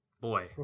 boy